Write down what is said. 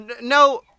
No